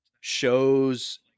shows